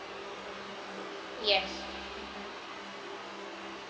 yes